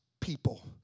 people